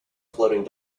floating